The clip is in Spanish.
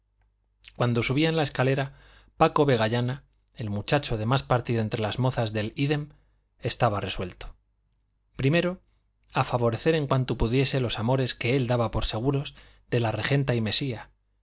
cuando subían la escalera paco vegallana el muchacho de más partido entre las mozas del ídem estaba resuelto o a favorecer en cuanto pudiese los amores que él daba por seguros de la regenta y mesía